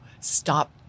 stop